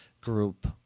group